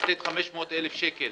לתת 500,000 שקל